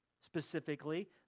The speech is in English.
specifically